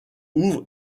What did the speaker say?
ouvre